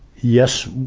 yes,